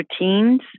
routines